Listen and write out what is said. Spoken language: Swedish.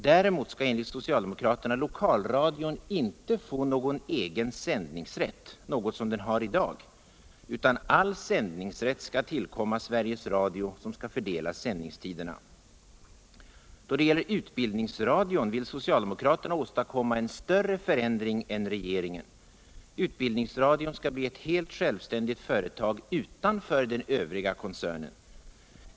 Däremot skall enligt socialdemokraterna lokalradion inte få någon erxen sändningsrätt. något som den har I dag. utan all sändningsrätt skall tillkomma Sveriges Radio, som skall fördela sändningstiderna. Då det gäller utbildningsradion vill socialdemokraterna åstadkomma en större förändring än regeringen. Utbildningsradion skall bli ett helt självständigt företag utanför den övriga koncernen.